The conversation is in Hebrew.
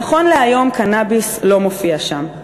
נכון להיום, קנאביס לא מופיע שם.